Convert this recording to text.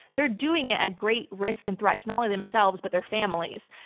they're doing it at great risk and threat to not only themselves, but their families.